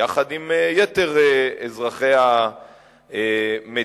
יחד עם יתר אזרחי המדינה.